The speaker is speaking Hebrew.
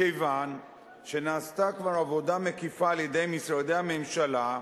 מכיוון שנעשתה כבר עבודה מקיפה על-ידי משרדי הממשלה,